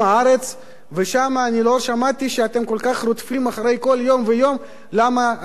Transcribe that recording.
ושם אני לא שמעתי שאתם כל כך רודפים כל יום ויום למה תופסים שטחים